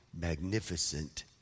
magnificent